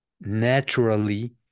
naturally